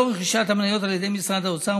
לאור רכישת המניות על ידי משרד האוצר,